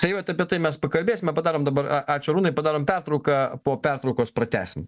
tai vat apie tai mes pakalbėsime padarome dabar ačiū arūnai padarom pertrauką po pertraukos pratęsim